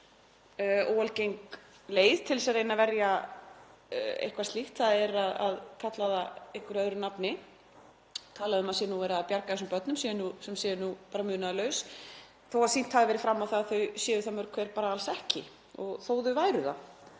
óalgeng leið til þess að reyna að verja eitthvað slíkt, að kalla það einhverju öðru nafni. Það er talað um að verið sé að bjarga þessum börnum sem séu bara munaðarlaus, þó að sýnt hafi verið fram á það að þau séu það mörg hver bara alls ekki, og þó að þau væru það